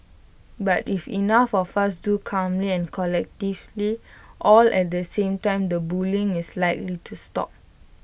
but if enough of us do calmly and collectively all at the same time the bullying is likely to stop